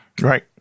Right